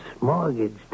mortgaged